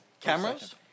Cameras